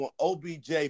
OBJ